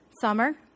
summer